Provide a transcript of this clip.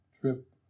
trip